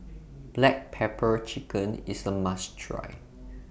Black Pepper Chicken IS A must Try